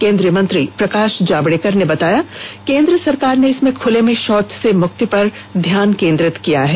केंद्रीय मंत्री प्रकाश जावडेकर ने बताया केंद्र सरकार ने इसमें खूले में शौच से मुक्ति पर ध्यान केंद्रित किया है